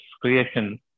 creation